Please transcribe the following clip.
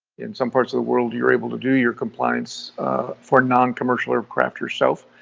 in some parts of the world you're able to do your compliance for noncommercial aircraft yourself,